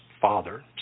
father